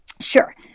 Sure